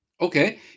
Okay